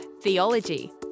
Theology